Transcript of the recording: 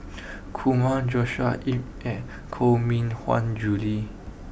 Kumar Joshua Ip and Koh Mui Hiang Julie